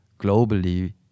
globally